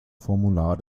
formular